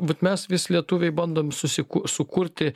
vat mes vis lietuviai bandom susiku sukurti